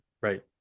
right